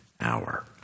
hour